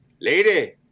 lady